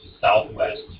Southwest